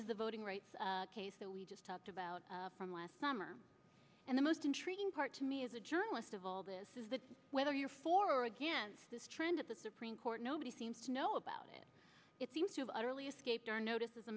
as the voting rights case that we just talked about from last summer and the most intriguing part to me as a journalist of all this is that whether you're for or against this trend at the supreme court nobody seems to know about it it seems to have utterly escaped our notice as